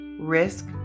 Risk